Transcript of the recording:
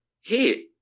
hey